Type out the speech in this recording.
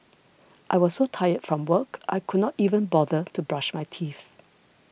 I was so tired from work I could not even bother to brush my teeth